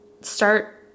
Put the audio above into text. start